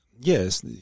yes